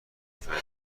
فعلا